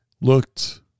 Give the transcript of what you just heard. looked